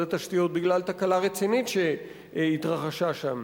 התשתיות בגלל תקלה רצינית שהתרחשה שם.